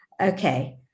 okay